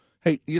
hey